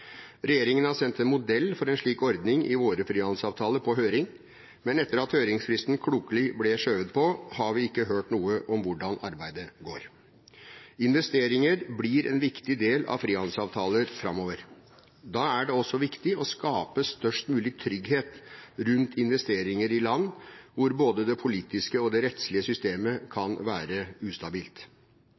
Regjeringen har sendt en modell for en slik ordning i våre frihandelsavtaler på høring, men etter at høringsfristen klokelig ble skjøvet på, har vi ikke hørt noe om hvordan arbeidet går. Investeringer blir en viktig del av frihandelsavtaler framover. Da er det også viktig å skape størst mulig trygghet rundt investeringer i land hvor både det politiske og det rettslige systemet kan være ustabilt.